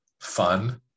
fun